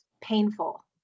painful